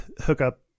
hookup